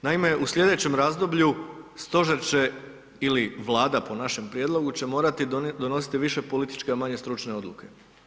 Naime, i slijedećem razdoblju stožer će ili Vlada po našem prijedlogu, će morati donositi više političke, a manje stručne odluke.